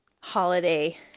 holiday